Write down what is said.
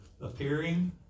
appearing